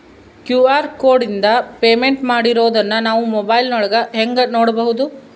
QR ಕೋಡಿಂದ payment ಮಾಡಿರೋದನ್ನ ನಾವು ಮೊಬೈಲಿನೊಳಗ ಹೆಂಗ ನೋಡಬಹುದು?